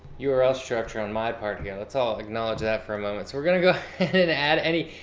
yeah url structure on my part here. let's all acknowledge that for a moment. so, we're going to go and add any,